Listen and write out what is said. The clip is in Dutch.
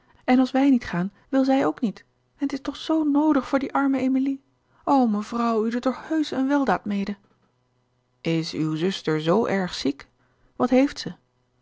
en als wij niet gaan wil zij ook niet en t is toch zoo noodig voor die arme emilie o mevrouw u doet er heusch een weldaad mede is uw zuster zoo erg ziek wat heeft ze